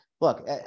look